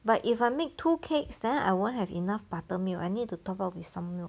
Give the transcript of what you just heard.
but if I make two cakes then I won't have enough buttermilk I need to top up with some milk